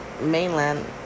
mainland